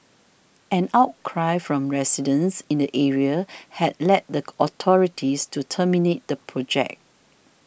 an outcry from residents in the area had led the authorities to terminate the project